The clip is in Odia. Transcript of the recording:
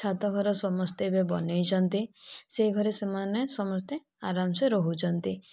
ଛାତ ଘର ସମସ୍ତେ ଏବେ ବନେଇଛନ୍ତି ସେ ଘରେ ସେମାନେ ସମସ୍ତେ ଆରାମ ସେ ରହୁଛନ୍ତି